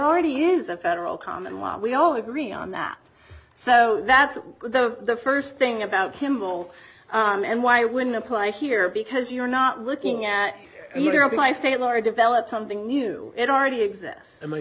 already is a federal common law we all agree on that so that's the first thing about kimball and why wouldn't apply here because you're not looking at my state law or develop something new it already exist